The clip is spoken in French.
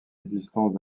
l’existence